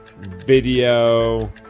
video